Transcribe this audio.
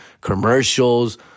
commercials